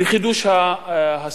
לחידוש השיחות.